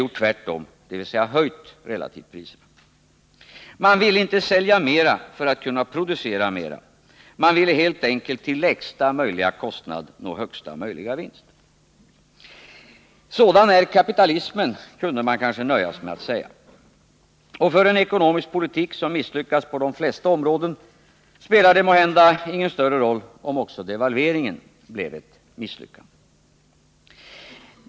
gjort tvärtom, dvs. höjt relativpriserna. Man ville inte sälja mer för att kunna producera mer. Man ville helt enkelt till lägsta möjliga kostnad nå högsta möjliga vinst. Sådan är kapitalismen, kunde man kanske nöja sig med att säga. Och för en ekonomisk politik som misslyckats på de flesta områden spelar det måhända ingen större roll om också devalveringen blev ett misslyckande.